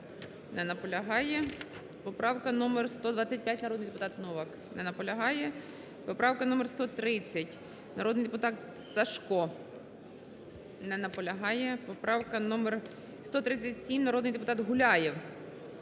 Не наполягає. Поправка номер 188, народний депутат Бабак. Не наполягає. Поправка номер 189, народний депутат Новак. Не наполягає. Поправка номер 210, народний депутат Журжій.